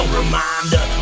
reminder